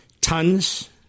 tons